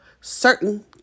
certain